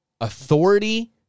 authority